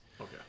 Okay